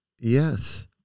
Yes